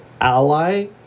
ally